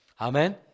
Amen